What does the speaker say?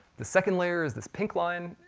the second layer is this pink line.